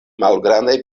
malgrandaj